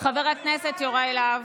חבר הכנסת יוראי להב.